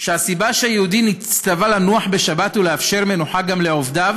שהסיבה שהיהודי נצטווה לנוח בשבת ולאפשר מנוחה גם לעובדיו